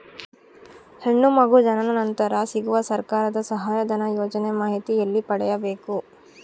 ಹೆಣ್ಣು ಮಗು ಜನನ ನಂತರ ಸಿಗುವ ಸರ್ಕಾರದ ಸಹಾಯಧನ ಯೋಜನೆ ಮಾಹಿತಿ ಎಲ್ಲಿ ಪಡೆಯಬೇಕು?